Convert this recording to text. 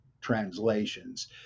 translations